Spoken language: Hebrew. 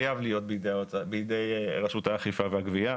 חייב להיות בידי רשות האכיפה והגבייה.